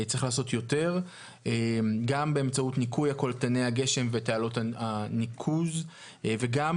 צריך לעשות יותר גם באמצעות ניקוי קולטני הגשם ותעלות הניקוז וגם